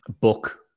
Book